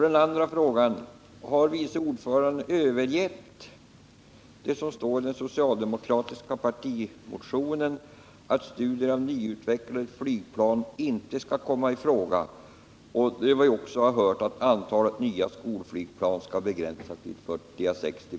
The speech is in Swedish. Den andra gäller om vice ordföranden har övergivit det som står i den socialdemokratiska partimotionen — att studier av nyutvecklade flygplan inte skall komma i fråga. Håller vice ordföranden fast vid att antalet nya skolflygplan skall begränsas till 40-60?